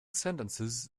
sentences